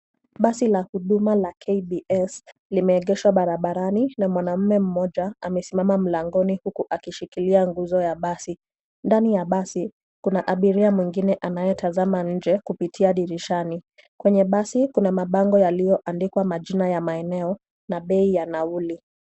Basi la huduma la KBS limeegeshwa barabarani na mwanamume mmoja amesimama mlangoni huku akishikilia nguzo ya basi. Ndani ya basi, kuna abiria mwingine anatazama nje kupitia dirishani. Kwenye basi, kuna mabango yaliyoandikwa majina ya maeneo na bei ya nauli.